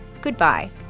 Goodbye